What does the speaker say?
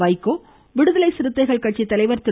வைகோ விடுதலை சிறுத்தைகள் கட்சி தலைவர் திரு